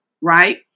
right